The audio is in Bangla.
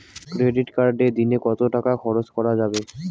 ক্রেডিট কার্ডে দিনে কত টাকা খরচ করা যাবে?